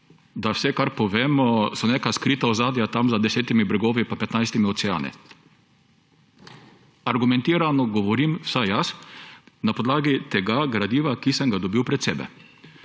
da vse, kar povemo, so neka skrita ozadja tam za desetimi bregovi pa petnajstimi oceani. Argumentiramo govorim, vsaj jaz, na podlagi tega gradiva, ki sem ga dobil pred sebe.